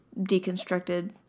deconstructed